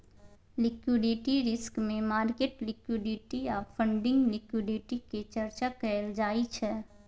liquidity risk मे market liquidity आ funding liquidity के चर्चा कएल जाइ छै